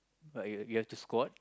but you have you have to squad